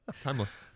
timeless